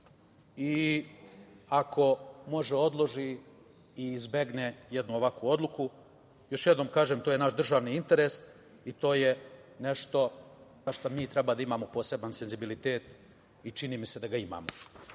i ako može odloži i izbegne jednu ovakvu odluku. Još jednom kažem, to je naš državni interes i to je nešto za šta mi treba da imamo poseban senzibilitet i čini mi se da ga imamo. Što